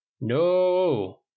no